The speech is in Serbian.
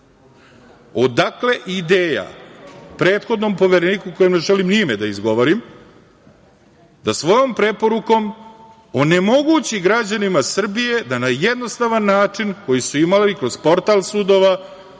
odakle ideja prethodnom Povereniku, kojem ne želim ni ime da izgovorim, da svojom preporukom onemogući građanima Srbije da na jednostavan način koji su imali kroz portal sudova